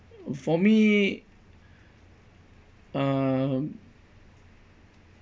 for me uh